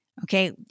Okay